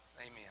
Amen